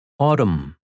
Autumn